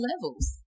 levels